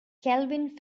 kelvin